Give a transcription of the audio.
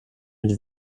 mit